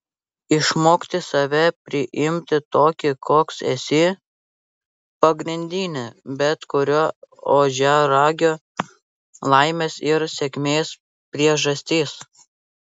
išmokti save priimti tokį koks esi pagrindinė bet kurio ožiaragio laimės ir sėkmės priežastis